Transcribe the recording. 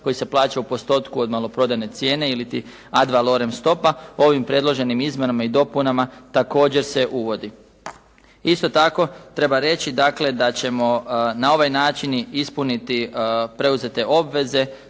koji se plaća u postotku od maloprodajne cijene iliti … /Govornik se ne razumije./ … Ovim predloženim izmjenama i dopunama također se uvodi. Isto tako treba reći dakle da ćemo na ovaj način i ispuniti preuzete obveze